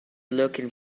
looking